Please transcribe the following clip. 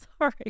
Sorry